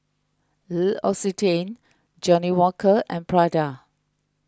L'Occitane Johnnie Walker and Prada